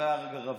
אולי הרג ערבי?